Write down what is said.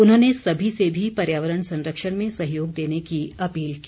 उन्होंने सभी से भी पर्यावरण संरक्षण में सहयोग देने की अपील की